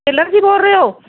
tailor ji ਬੋਲ ਰਹੇ ਓ